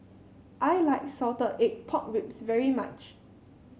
I like Salted Egg Pork Ribs very much